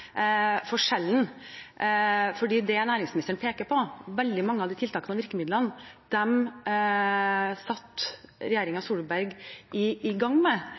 veldig mange av de tiltakene og virkemidlene næringsministeren peker på, satte regjeringen Solberg i gang med.